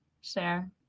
share